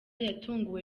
yatunguwe